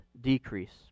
decrease